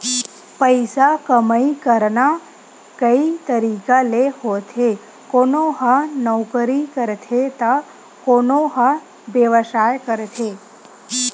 पइसा कमई करना कइ तरिका ले होथे कोनो ह नउकरी करथे त कोनो ह बेवसाय करथे